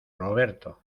roberto